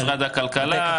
משרד הכלכלה,